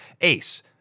Ace